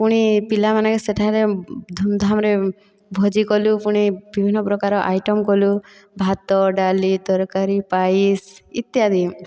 ପୁଣି ପିଲାମାନେ ସେଠାରେ ଧୁମଧାମରେ ଭୋଜି କଲୁ ପୁଣି ବିଭିନ୍ନ ପ୍ରକାର ଆଇଟମ କଲୁ ଭାତ ଡାଲି ତରକାରୀ ପାୟସ ଇତ୍ୟାଦି